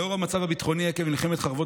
לנוכח המצב הביטחוני עקב מלחמת חרבות